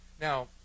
Now